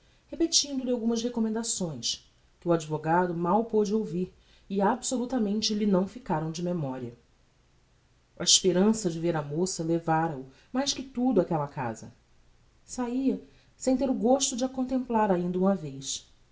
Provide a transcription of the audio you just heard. sala repetindo lhe algumas recommendações que o advogado mal pôde ouvir e absolutamente lhe não ficaram de memoria a esperança de ver a moça levara o mais que tudo áquella casa saía sem ter o gosto de a contemplar ainda uma vez